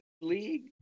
league